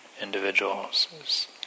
individuals